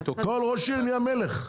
כל ראש עיר נהיה מלך.